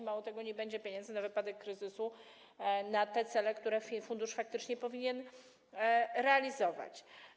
Mało tego, nie będzie pieniędzy na wypadek kryzysu na te cele, które fundusz faktycznie powinien realizować.